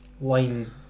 line